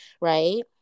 right